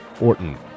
Orton